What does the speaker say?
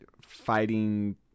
fighting